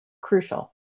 crucial